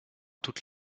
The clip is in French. toutes